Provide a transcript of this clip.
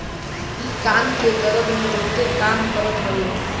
इ कान के दरद में बहुते काम करत हवे